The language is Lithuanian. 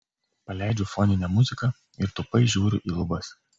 paleidžiu foninę muziką ir tūpai žiūriu į lubas